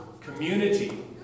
community